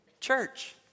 church